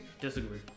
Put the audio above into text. Disagree